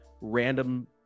random